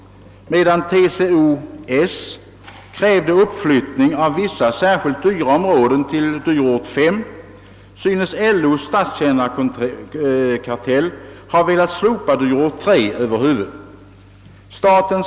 Medan TCO-S krävde uppflyttning av vissa särskilt dyra områden till dyrortsgrupp 5 synes LO:s statstjänarkartell ha velat slopa dyrortsgrupp 3 över huvud taget.